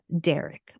Derek